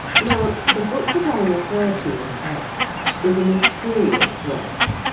now, the book that i refer to as x is a mysterious work,